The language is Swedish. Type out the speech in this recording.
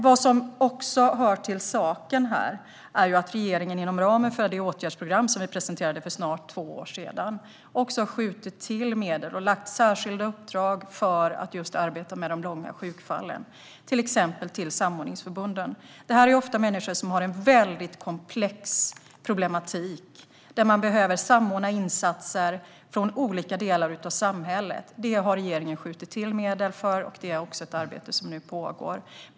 Vad som också hör till saken är att regeringen inom ramen för de åtgärdsprogram som vi presenterade för snart två år sedan har skjutit till medel och gett särskilda uppdrag för att arbeta med de långa sjukfallen, till exempel till samordningsförbunden. Det är ofta människor som har en komplex problematik där insatser behöver samordnas från olika delar av samhället. Det har regeringen skjutit till medel för, och arbetet med detta pågår.